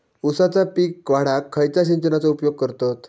ऊसाचा पीक वाढाक खयच्या सिंचनाचो उपयोग करतत?